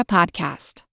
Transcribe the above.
Podcast